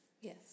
Yes